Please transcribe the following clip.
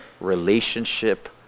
relationship